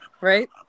right